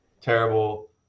terrible